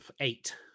eight